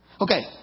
Okay